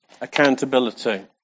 Accountability